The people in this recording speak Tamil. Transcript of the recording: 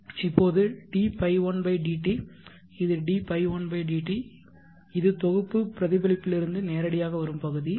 இப்போது dϕ1 dt இது dϕ1 dt இது தொகுப்பு பிரதிபலிப்பிலிருந்து நேரடியாக வரும் பகுதி